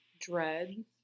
dread